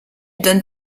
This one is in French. donne